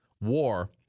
war